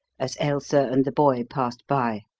as ailsa and the boy passed by.